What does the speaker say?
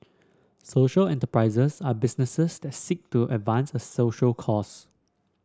social enterprises are businesses that seek to advance a social cause